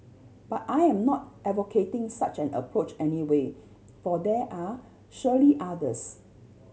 but I am not advocating such an approach anyway for there are surely others